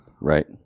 right